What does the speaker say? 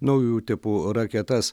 naujų tipų raketas